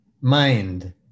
Mind